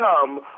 come